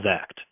Act